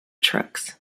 trucks